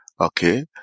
Okay